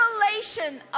revelation